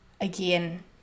Again